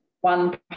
one